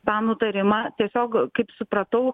tą nutarimą tiesiog kaip supratau